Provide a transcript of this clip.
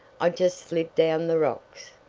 i just slid down the rocks.